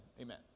amen